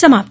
समाप्त